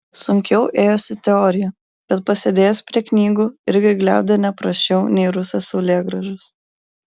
sunkiau ėjosi teorija bet pasėdėjęs prie knygų irgi gliaudė ne prasčiau nei rusas saulėgrąžas